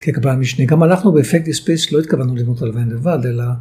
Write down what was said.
ככבל משני, גם אנחנו באפקט אספייסט לא התכוונו ללמוד עליהם לבד, אלא...